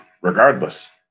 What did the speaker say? regardless